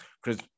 Chris